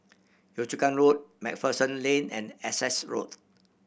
Yio Chu Kang Road Macpherson Lane and Essex Road